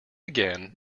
again